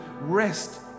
rest